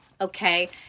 Okay